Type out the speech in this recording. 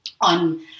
On